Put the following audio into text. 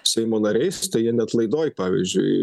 seimo nariais tai jie net laidoj pavyzdžiui